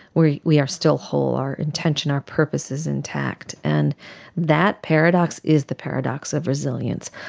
we we are still whole, our intention, our purpose is intact. and that paradox is the paradox of resilience.